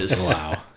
Wow